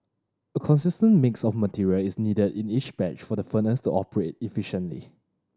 a consistent mix of materials is needed in each batch for the furnace to operate efficiently